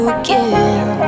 again